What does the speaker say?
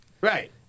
Right